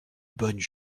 bonnes